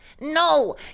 No